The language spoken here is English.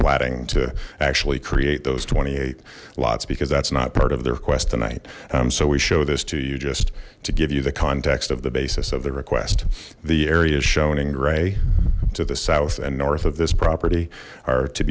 planning to actually create those twenty eight lots because that's not part of the request tonight so we show this to you just to give you the context of the basis of the request the areas shown in gray to the south and north of this property are to